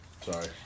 Sorry